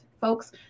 folks